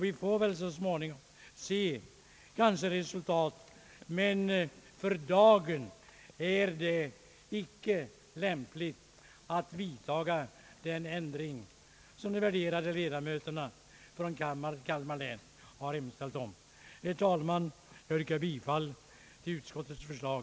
Vi får kanske så småningom se resultat, men för dagen är det icke lämpligt att vidta den ändring som de värderade 1edamöterna från Kalmar län har hemställt om. Herr talman! Jag yrkar bifall till utskottets förslag.